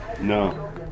No